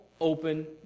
open